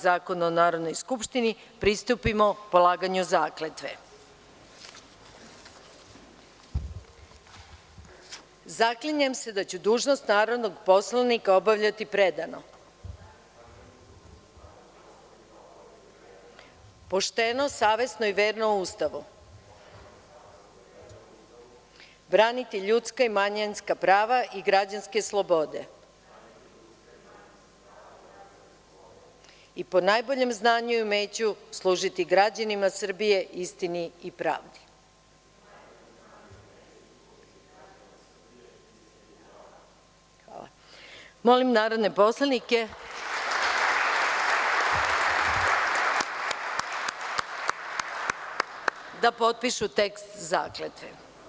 Zakona o Narodnoj skupštini, pristupimo polaganju zakletve. (Predsednik čita tekst zakletve, a narodni poslanici ponavljaju.) "ZAKLINjEM SE DA ĆU DUŽNOST NARODNOG POSLANIKA OBAVLjATI PREDANO, POŠTENO, SAVESNO I VERNO USTAVU, BRANITI LjUDSKA I MANjINSKA PRAVA I GRAĐANSKE SLOBODE I PO NAJBOLjEM ZNANjU I UMEĆU SLUŽITI GRAĐANIMA SRBIJE, ISTINI I PRAVDI." Molim narodne poslanike da potpišu tekst zakletve.